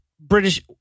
British